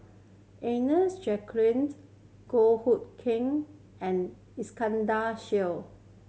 Agnes Joaquimed Goh Hood Keng and Iskandar